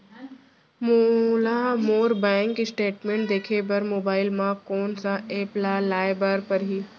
मोला मोर bank statement देखे बर मोबाइल मा कोन सा एप ला लाए बर परही?